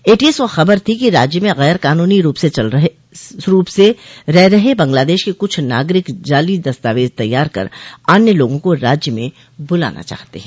ATS को खबर मिली थी कि राज्य में गर कानूनी रूप स रह रहे बांग्लादेश के कुछ नागरिक जाली दस्तावेज तैयार कर अन्य लोगों को राज्य में बुलाना चाहते हैं